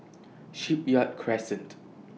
Shipyard Crescent